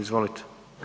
Izvolite.